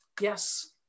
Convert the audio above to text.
Yes